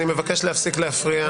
אני מבקש להפסיק להפריע.